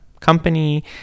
company